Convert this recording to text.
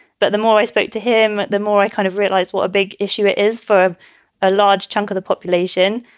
but the more i spoke to him, the more i kind of realized what a big issue it is for a large chunk of the population.